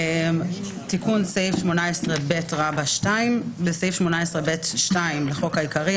תיקון סעיף 18ב2 בסעיף 18ב2 לחוק העיקרי,